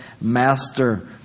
master